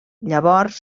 llavors